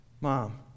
Mom